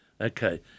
Okay